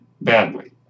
badly